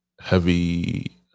heavy